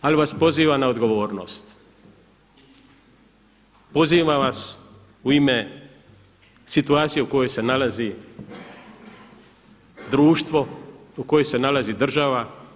Ali vas pozivam na odgovornost, pozivam vas u ime situacije u kojoj se nalazi društvo, u kojoj se nalazi država.